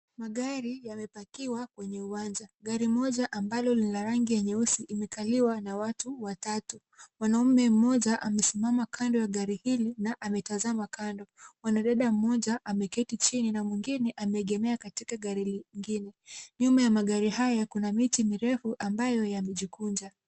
Magari yamepackiwa kwenye uwanja. Gari moja ambalo lina rangi ya nyeusi imekaliwa na watu watatu. Mwanaume mmoja amesimama kando ya gari hili na ametazama kando. Mwanadada mmoja ameketi chini na mwingine ameegemea katika gari lingine. Nyuma ya magari haya kuna miti mirefu ambayo yamejikunja.